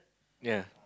ya